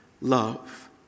love